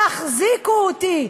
תחזיקו אותי.